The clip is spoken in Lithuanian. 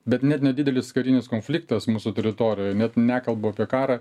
bet net nedidelis karinis konfliktas mūsų teritorijoj net nekalbu apie karą